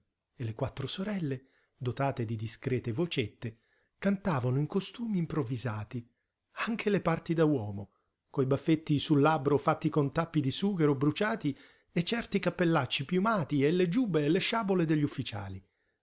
e le quattro sorelle dotate di discrete vocette cantavano in costumi improvvisati anche le parti da uomo coi baffetti sul labbro fatti con tappi di sughero bruciati e certi cappellacci piumati e le giubbe e le sciabole degli ufficiali